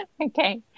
Okay